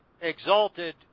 exalted